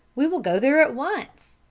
we will go there at once,